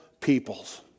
peoples